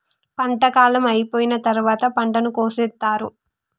పంట కాలం అయిపోయిన తరువాత పంటను కోసేత్తారు